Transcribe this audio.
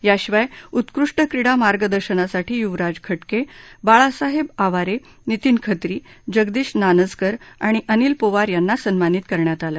याशिवाय उत्कृष्ट क्रीडा मार्गदर्शनासाठी युवराज खा्के बाळासाहेब आवारे नितीन खतरी जगदीश नानजकर आणि अनिल पोवार यांना सन्मानित करण्यात आलं